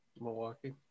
Milwaukee